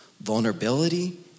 vulnerability